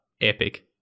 epic